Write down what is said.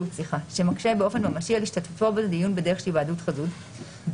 שמקשה באופן ממשי על השתתפותו בדיון בדרך של היוועדות חזותית;